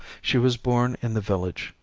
she was born in the village,